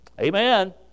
Amen